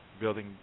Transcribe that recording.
building